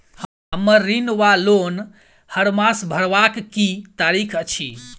हम्मर ऋण वा लोन हरमास भरवाक की तारीख अछि?